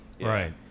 Right